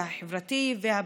החברתי והבריאותי.